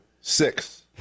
Six